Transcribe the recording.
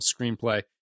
Screenplay